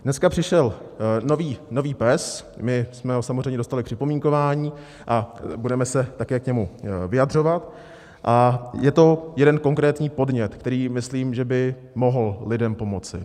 Dneska přišel nový PES, my jsme ho samozřejmě dostali k připomínkování a budeme se také k němu vyjadřovat a je to jeden konkrétní podnět, který, myslím, že by mohl lidem pomoci.